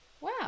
Wow